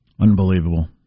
Unbelievable